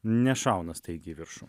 nešauna staigiai į viršų